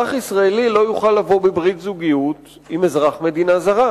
אזרח ישראלי לא יוכל לבוא בברית זוגיות עם אזרח מדינה זרה.